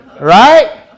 right